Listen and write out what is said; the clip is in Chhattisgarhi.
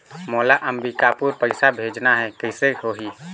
मोला अम्बिकापुर पइसा भेजना है, कइसे होही?